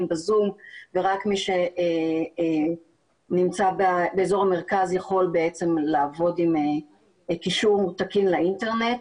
בזום ורק מי שנמצא באזור המרכז יכול לעבוד עם קישור תקין לאינטרנט.